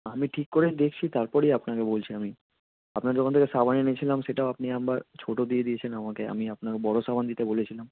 আমি ঠিক করেই দেখছি তার পরেই আপনাকে বলছি আমি আপনার দোকান থেকে সাবান এনেছিলাম সেটাও আপনি আবার ছোটো দিয়ে দিয়েছেন আমাকে আমি আপনাকে বড় সাবান দিতে বলেছিলাম